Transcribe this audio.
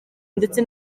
ndetse